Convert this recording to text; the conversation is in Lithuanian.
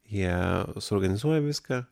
jie suorganizuoja viską